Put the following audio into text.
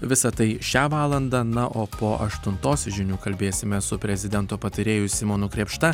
visa tai šią valandą na o po aštuntos žinių kalbėsime su prezidento patarėju simonu krėpšta